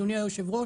אדוני היושב-ראש